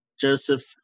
Joseph